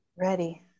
ready